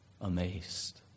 amazed